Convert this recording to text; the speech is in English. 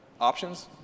options